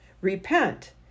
Repent